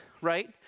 Right